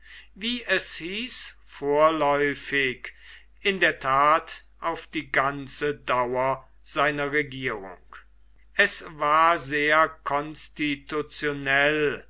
wie es hieß vorläufig in der tat auf die ganze dauer seiner regierung es war sehr